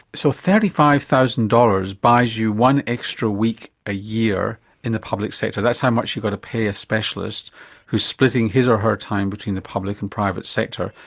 so thirty five thousand dollars buys you one extra week a year in the public sector, that's how much you got to pay a specialist who is splitting his or her time between the public and private sector?